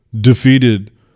defeated